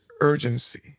urgency